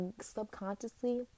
subconsciously